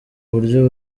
buryo